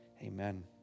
Amen